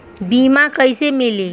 बीमा कैसे मिली?